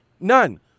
None